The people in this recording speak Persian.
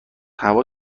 هوا